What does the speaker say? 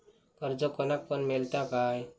कर्ज कोणाक पण मेलता काय?